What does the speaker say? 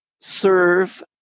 serve